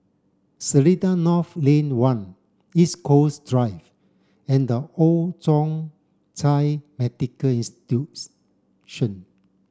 Seletar North Lane one East Coast Drive and The Old Thong Chai Medical Institution